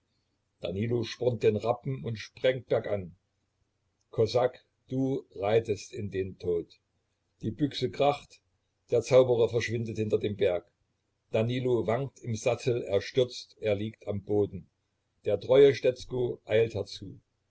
danilo spornt den rappen und sprengt bergan kosak du reitest in den tod die büchse kracht der zauberer verschwindet hinter dem berg danilo wankt im sattel er stürzt er liegt am boden der treue stetzko eilt herzu